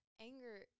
anger